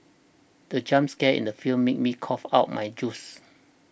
the jump scare in the film made me cough out my juice